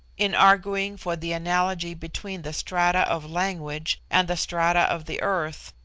in arguing for the analogy between the strata of language and the strata of the earth,